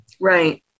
Right